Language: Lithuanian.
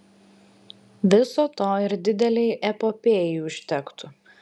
viso to ir didelei epopėjai užtektų